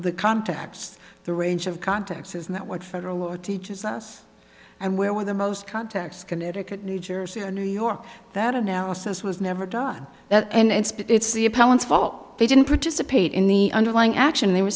the contacts the range of contacts isn't that what federal or teaches us and where we're the most contacts connecticut new jersey or new york that analysis was never done that and it's the appellant's fault they didn't participate in the underlying action they were